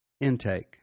Intake